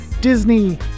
Disney